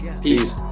Peace